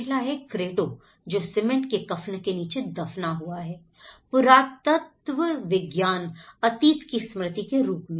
पहला है क्रेट्टो जो सीमेंट के कफन के नीचे दफना हुआ है पुरातत्व विज्ञान अतीत की स्मृति के रूप में